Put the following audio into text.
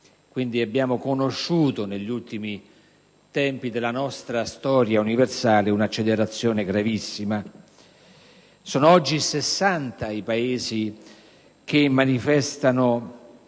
quindi conosciuto negli ultimi tempi della nostra storia universale un'accelerazione gravissima. Sono oggi 60 i Paesi che manifestano